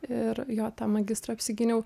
ir jo tą magistrą apsigyniau